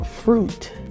fruit